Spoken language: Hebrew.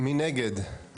1 נגד,